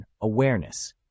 Awareness